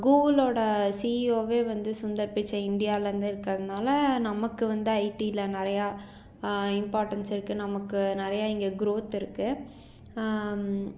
கூகுளோட சிஇஓவே வந்து சுந்தர் பிச்சை இந்தியால இருந்து இருக்கிறனால நமக்கு வந்து ஐடியில நிறையா இம்பார்ட்டன்ஸ் இருக்கு நமக்கு நிறைய இங்கே க்ரோத் இருக்கு